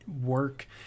work